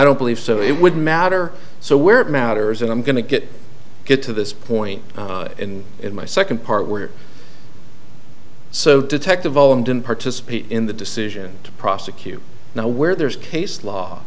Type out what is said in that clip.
don't believe so it would matter so we're it matters and i'm going to get get to this point in in my second part where so detective boland didn't participate in the decision to prosecute now where there's case law